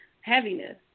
heaviness